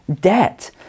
debt